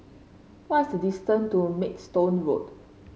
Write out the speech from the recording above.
what's the distance to Maidstone Road